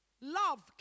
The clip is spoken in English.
love